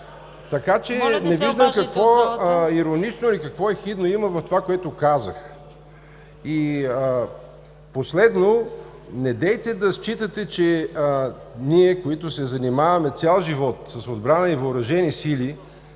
ТОШЕВ: Не виждам какво иронично и какво ехидно има в това, което казах. И последно – недейте да считате, че ние, които се занимаваме цял живот с отбрана и Въоръжени сили,